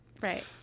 Right